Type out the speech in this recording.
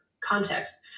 context